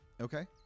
Okay